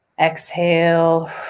Exhale